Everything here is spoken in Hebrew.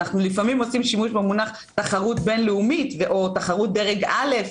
לפעמים אנחנו עושים שימוש במונח תחרות בין-לאומית או תחרות דרג א',